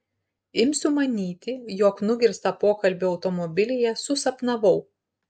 imsiu manyti jog nugirstą pokalbį automobilyje susapnavau